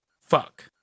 Fuck